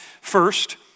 First